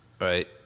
right